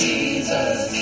Jesus